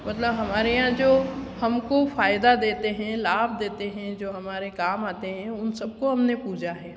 मतलब हमारे यहाँ जो हमको फायदा देते हैं लाभ देते हैं हमारे काम आते है उन सबको हमने पूजा है